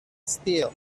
still